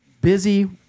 busy